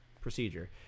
procedure